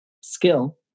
skill